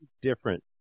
different